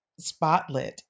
spotlit